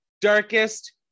darkest